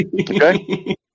Okay